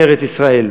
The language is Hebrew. מארץ-ישראל,